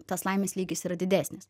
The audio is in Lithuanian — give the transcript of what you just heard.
tas laimės lygis yra didesnis